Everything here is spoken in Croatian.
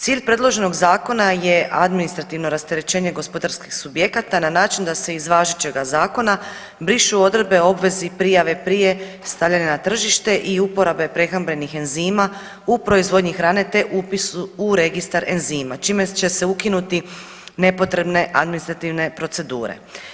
Cilj predloženog zakona je administrativno rasterećenje gospodarskih subjekata na način da se iz važećega zakona brišu odredbe o obvezi prijave prije stavljanja na tržište i uporabe prehrambenih enzima u proizvodnji hrane te upis u registar enzima čime će se ukinuti nepotrebne administrativne procedure.